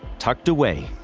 tucked away,